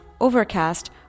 Overcast